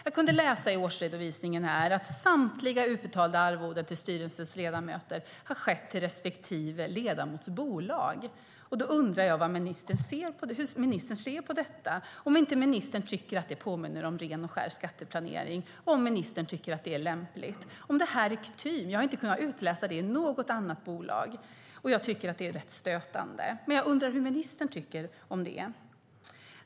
Jag kunde läsa i årsredovisningen att samtliga utbetalda arvoden till styrelsens ledamöter har skett till respektive ledamots bolag. Hur ser ministern på detta? Tycker inte ministern att det påminner om ren och skär skatteplanering, och tycker ministern att det är lämpligt? Jag vet inte om detta är kutym. Jag har inte kunnat utläsa detta i något annat bolag, och jag tycker att det är rätt stötande. Men jag undrar vad ministern tycker om det.